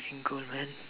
~king cold man